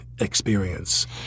experience